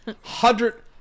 Hundred